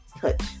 touch